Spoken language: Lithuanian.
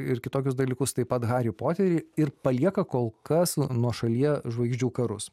ir kitokius dalykus taip pat harį poterį ir palieka kol kas nuošalyje žvaigždžių karus